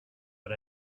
but